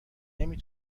نمی